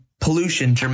Pollution